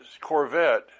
Corvette